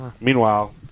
Meanwhile